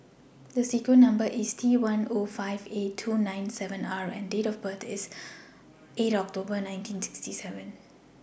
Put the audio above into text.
The Number sequence IS T one O five eight two nine seven R and Date of birth IS eight October nineteen sixty seven